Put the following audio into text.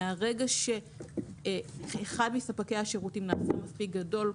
מהרגע שאחד מספקי השירותים מספיק גדול,